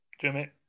Jimmy